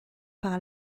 par